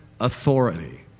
authority